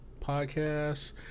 Podcasts